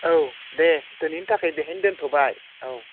औ दे दिनैनि थाखाय बेहायनो दोनथ'बाय औ